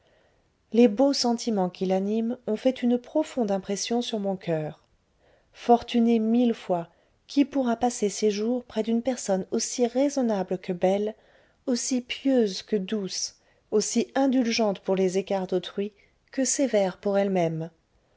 les beaux sentiments qui l'animent ont fait une profonde impression sur mon coeur fortuné mille fois qui pourra passer ses jours près d'une personne aussi raisonnable que belle aussi pieuse que douce aussi indulgente pour les écarts d'autrui que sévère pour elle-même